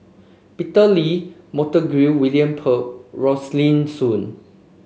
Peter Lee Montague William Pett Rosaline Soon